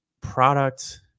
product